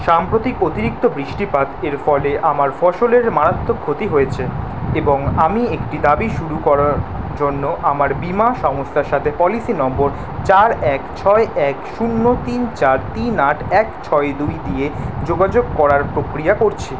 সাম্প্রতিক অতিরিক্ত বৃষ্টিপাত এর ফলে আমার ফসলের মারাত্মক ক্ষতি হয়েছে এবং আমি একটি দাবি শুরু করার জন্য আমার বিমা সংস্থার সাথে পলিসি নম্বর চার এক ছয় এক শূন্য তিন চার তিন আট এক ছয় দুই দিয়ে যোগাযোগ করার প্রক্রিয়া করছি